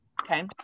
okay